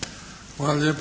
Hvala